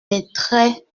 mettrait